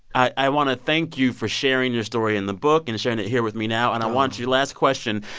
i i want to thank you for sharing your story in the book and sharing it here with me now. and i want you to last question.